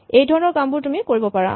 এইধৰণৰ কামবোৰ তুমি কৰিব পাৰা